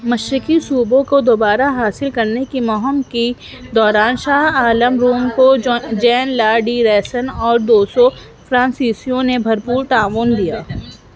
مشرقی صوبوں کو دوبارہ حاصل کرنے کی مہم کی دوران شاہ عالم دوم کو جین لا ڈی ریسن اور دو سو فرانسیسیوں نے بھرپور تعاون دیا